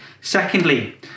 secondly